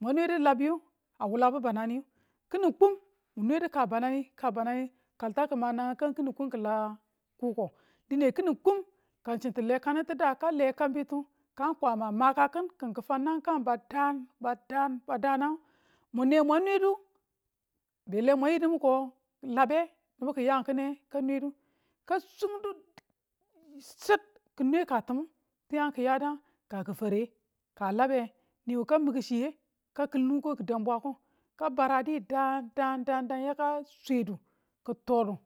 mwan nwedu labiyu a wulabu bananiyu kini kum mu nwe du ka banani kabanani kalta ki̱ ma nangang kang kini kuum kila kuko dine kini kuum, ka chi ti̱ le kanu ti da ka le kanbitu kang n kwama a makaki̱n. ki̱n ki fau nang kang ba daan ba daan ngang mun ne mwan nwedu beleng mwa yidu mwiko labe nibu ki̱ yan ki̱ne ka nwedu ka sung du i sit ki̱ nwe ka timu tiyan kiyadang ka kifare ka labe niwu ka mi̱ki̱ chiye ka kil nuko ki̱ dang bwako ka baradi daan daan daan yaka swedu ki̱ todu